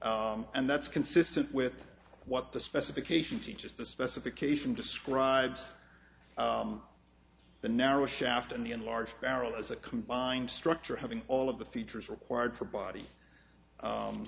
power and that's consistent with what the specification teaches the specification describes the narrower shaft and the enlarged barrel as a combined structure having all of the features required for body